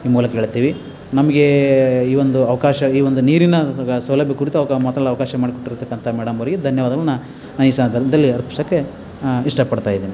ಈ ಮೂಲಕ ಹೇಳ್ತೀವಿ ನಮ್ಗೆ ಈ ಒಂದು ಅವಕಾಶ ಈ ಒಂದು ನೀರಿನ ಸೌಲಭ್ಯ ಕುರಿತು ಅವ್ಕ ಮಾತಾಡಲು ಅವಕಾಶ ಮಾಡಿಕೊಟ್ಟಿರ್ತಕ್ಕಂಥ ಮೇಡಮವರಿಗೆ ಧನ್ಯವಾದಗಳನ್ನ ನಾನು ಈ ಸಂದರ್ಭದಲ್ಲಿ ಅರ್ಪ್ಸೋಕ್ಕೆ ಇಷ್ಟಪಡ್ತಾಯಿದೀನಿ